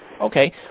okay